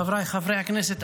חבריי חברי הכנסת,